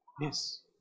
Yes